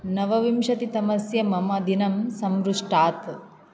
नवविंशतितमस्य मम दिनं सम्मृष्टात्